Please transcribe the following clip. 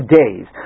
days